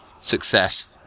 success